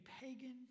pagan